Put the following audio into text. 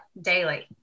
daily